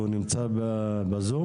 הוא נמצא בזום?